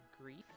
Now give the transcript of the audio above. grief